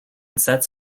sets